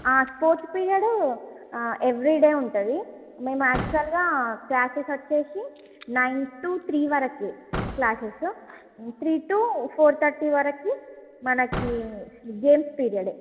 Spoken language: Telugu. స్పోర్ట్సు పీరియడు ఎవెరీ డే ఉంటుంది మేము యాక్చువల్లాగా క్లాసెసు వచ్చేసి నైన్ టు త్రీ వరకే classes three to four thirty వరకి మనకి గేమ్స్ పీరియడు